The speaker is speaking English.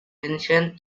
ancient